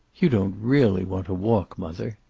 you don't really want to walk, mother.